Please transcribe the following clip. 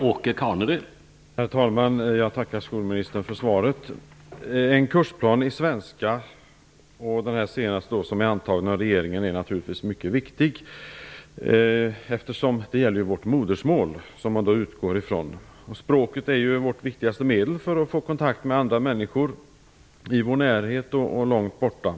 Herr talman! Jag tackar skolministern för svaret. En kursplan i svenska, som den som nu senast har antagits av regeringen, är naturligtvis mycket viktig, eftersom den gäller vårt modersmål. Språket är vårt viktigaste medel för att få kontakt med andra människor, i vår närhet och långt borta.